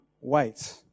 wait